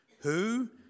Who